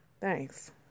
Thanks